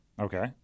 Okay